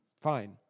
fine